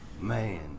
Man